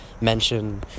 mention